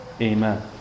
Amen